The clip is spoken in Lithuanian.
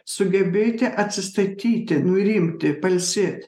sugebėti atsistatyti nurimti pailsėt